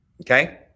Okay